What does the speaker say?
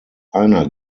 einer